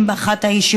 בהרבה